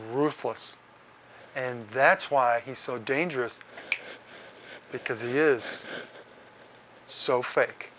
ruthless and that's why he's so dangerous because he is so fake